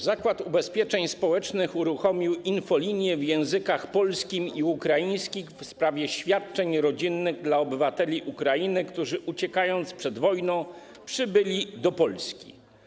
Zakład Ubezpieczeń Społecznych uruchomił infolinię w językach polskim i ukraińskim w sprawie świadczeń rodzinnych dla obywateli Ukrainy, którzy uciekając przed wojną, przybyli do Polski.